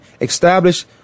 Establish